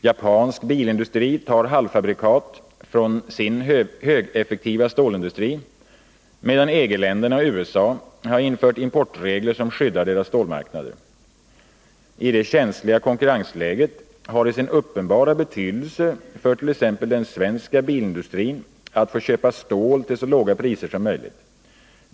Japansk bilindustri tar halvfabrikat från sin högeffektiva stålindustri, medan EG-länderna och USA har infört importregler som skyddar deras stålmarknader. I det känsliga konkurrensläget har det sin uppenbara betydelse för t.ex. den svenska bilindustrin att få köpa stål till så låga priser som möjligt.